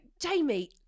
Jamie